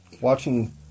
watching